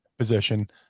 position